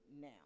now